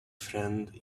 friend